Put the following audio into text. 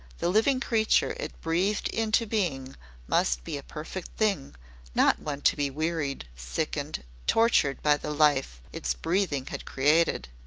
the living creature it breathed into being must be a perfect thing not one to be wearied, sickened, tortured by the life its breathing had created.